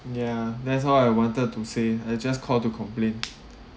ya that's all I wanted to say I just call to complain